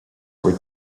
were